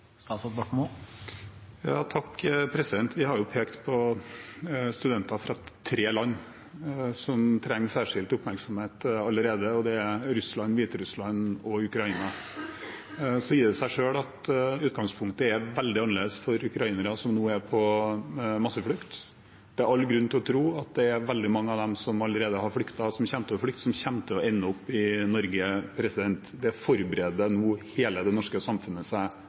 Vi har pekt på studenter fra tre land som trenger særskilt oppmerksomhet, og det er Russland, Hviterussland og Ukraina. Det sier seg selv at utgangspunktet er veldig annerledes for ukrainere, som nå er på masseflukt. Det er all grunn til å tro at det er veldig mange av dem som allerede har flyktet, og som kommer til å flykte, som kommer til å ende opp i Norge. Det forbereder nå hele det norske samfunnet seg